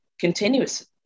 continuous